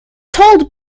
told